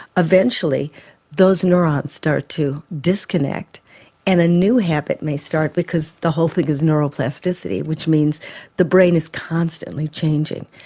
eventually those neurones start to disconnect and a new habit may start because the whole thing is neuroplasticity which means the brain is constantly changing.